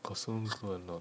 got so loser or not